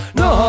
no